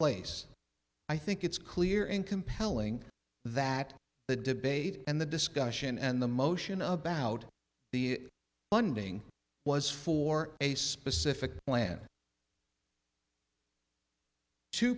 place i think it's clear and compelling that the debate and the discussion and the motion of about the funding was for a specific plan t